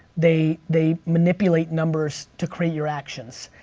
they they manipulate numbers to create your actions.